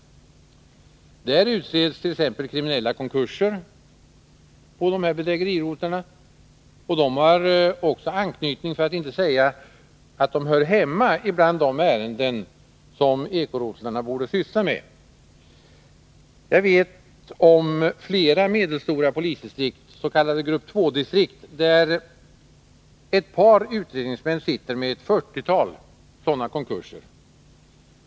På bedrägerirotlarna utreds t.ex. kriminella konkurser, som också har anknytning till de ärenden som ekorotlarna borde syssla med — för att inte säga att de hör hemma bland dem. Jag känner till flera medelstora polisdistrikt, s.k. grupp II-distrikt, där ett par utredningsmän arbetar med ett fyrtiotal sådana konkurser.